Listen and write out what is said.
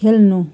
खेल्नु